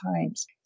times